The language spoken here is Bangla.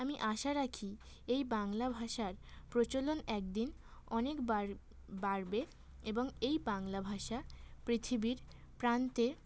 আমি আশা রাখি এই বাংলা ভাষার প্রচলন এক দিন অনেক বাড়বে এবং এই বাংলা ভাষা পৃথিবীর প্রান্তে